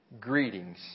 greetings